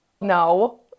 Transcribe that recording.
no